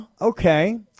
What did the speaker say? Okay